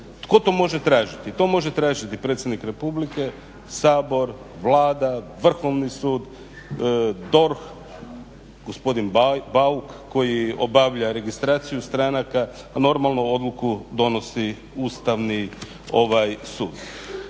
Tko to može tražiti? To može tražiti predsjednik Republike, Sabor, Vlada, Vrhovni sud, DORH, gospodin Bauk koji obavlja registraciju stranaka, a normalno odluku donosi Ustavni sud.